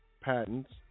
patents